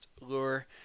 lure